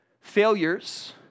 failures